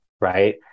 Right